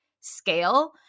scale